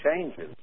changes